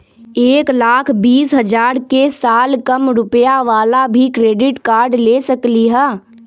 एक लाख बीस हजार के साल कम रुपयावाला भी क्रेडिट कार्ड ले सकली ह?